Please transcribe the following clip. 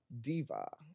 Diva